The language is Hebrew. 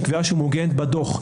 שהיא קביעה שמעוגנת בדוח,